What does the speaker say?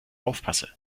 aufpasse